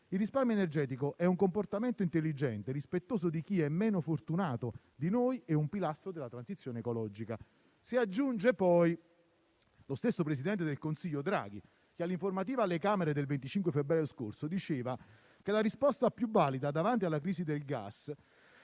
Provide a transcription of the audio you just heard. Il risparmio energetico è un comportamento intelligente, rispettoso di chi è meno fortunato di noi e un pilastro della transizione ecologica». Lo stesso presidente del Consiglio Draghi, con l'informativa alle Camere del 25 febbraio scorso, davanti alla crisi del gas,